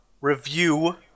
review